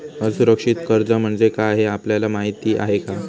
असुरक्षित कर्ज म्हणजे काय हे आपल्याला माहिती आहे का?